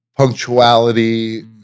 punctuality